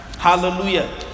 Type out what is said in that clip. Hallelujah